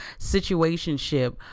situationship